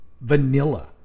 vanilla